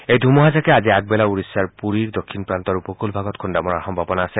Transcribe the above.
এই ধুমুহা জাকে আজি আগবেলা ওড়িশাৰ পুৰীৰ দক্ষিণ প্ৰান্তৰ উপকুলভাগত খুন্দা মৰাৰ সম্ভাৱনা আছে